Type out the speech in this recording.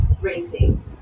racing